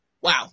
Wow